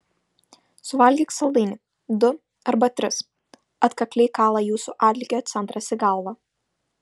suvalgyk saldainį du arba tris atkakliai kala jūsų atlygio centras į galvą